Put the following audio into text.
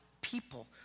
people